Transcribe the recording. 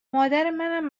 مادرمنم